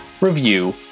review